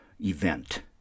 event